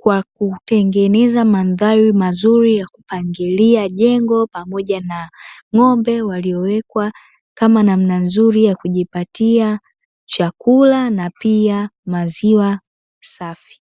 kwa kutengeneza mandhari mazuri ya kupangilia jengo pamoja na ng'ombe waliowekwa, kama namna nzuri ya kujipatia chakula na pia maziwa safi.